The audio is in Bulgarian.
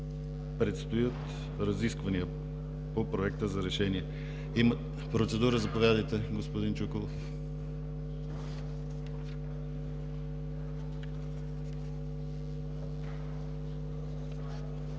Предстоят разисквания по Проекта за решение. Процедура – заповядайте, господин Чуколов.